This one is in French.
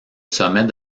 sommet